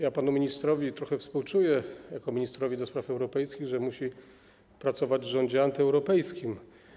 Ja panu ministrowi trochę współczuję jako ministrowi do spraw europejskich, że musi pracować w rządzie antyeuropejskim.